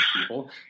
people